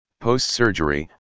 Post-Surgery